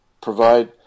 provide